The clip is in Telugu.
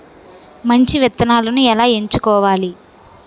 మంచి విత్తనాలను ఎలా ఎంచుకోవాలి?